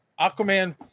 aquaman